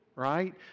right